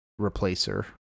replacer